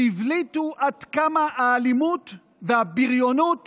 שהבליטו עד כמה האלימות והבריונות